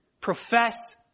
Profess